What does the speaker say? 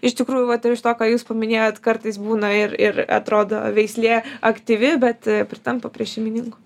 iš tikrųjų vat ir iš to ką jūs paminėjot kartais būna ir ir atrodo veislė aktyvi bet pritampa prie šeimininkų